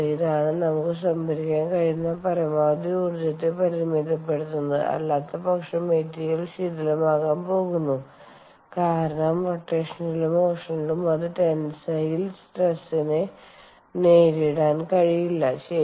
ഇതാണ് നമുക്ക് സംഭരിക്കാൻ കഴിയുന്ന പരമാവധി ഊർജ്ജത്തെ പരിമിതപ്പെടുത്തുന്നത് അല്ലാത്തപക്ഷം മെറ്റീരിയൽ ശിഥിലമാകാൻ പോകുന്നു കാരണം റോറ്റേഷനിലും മോഷനിലും അതിന് ടെൻസൈൽ സ്ട്രെസ്സിനെ നേരിടാൻ കഴിയില്ല ശരി